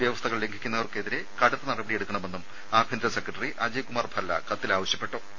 വ്യവസ്ഥകൾ ലംഘിക്കുന്നവർക്കെതിരെ കടുത്ത നടപടിയെടുക്കണമെന്നും ആഭ്യന്തര സെക്രട്ടറി അജയ്കുമാർഭല്ല കത്തിൽ ആവശ്യപ്പെട്ടിട്ടുണ്ട്